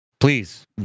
Please